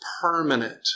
permanent